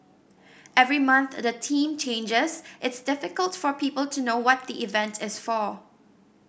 every month the theme changes it's difficult for people to know what the event is for